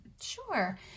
Sure